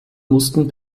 mussten